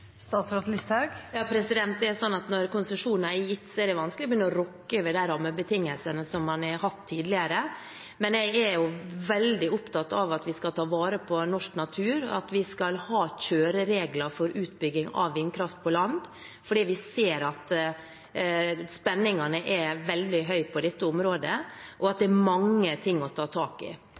Når konsesjoner er gitt, er det vanskelig å begynne å rokke ved de rammebetingelsene som man har hatt tidligere. Men jeg er veldig opptatt av at vi skal ta vare på norsk natur, at vi skal ha kjøreregler for utbygging av vindkraft på land, for vi ser at spenningen er veldig høy på dette området, og at det er mange ting å ta tak i.